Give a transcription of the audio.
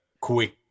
quick